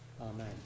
Amen